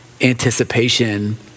anticipation